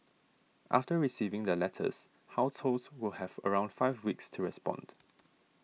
after receiving their letters households will have around five weeks to respond